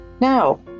now